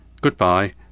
goodbye